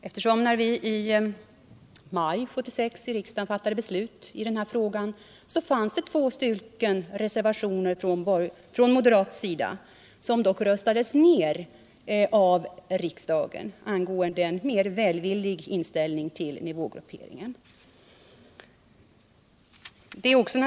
När riksdagen i maj 1976 fattade beslut i den här frågan fanns det två reservationer från moderat sida angående en mer välvillig inställning till nivågrupperingen, vilka dock röstades ner av riksdagen.